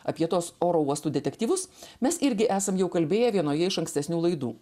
apie tuos oro uostų detektyvus mes irgi esam jau kalbėję vienoje iš ankstesnių laidų